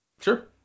Sure